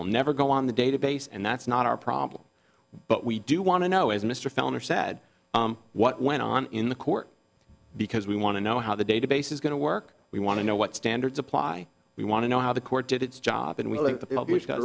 will never go on the database and that's not our problem but we do want to know as mr filner said what went on in the court because we want to know how the database is going to work we want to know what standards apply we want to know how the court did its job and we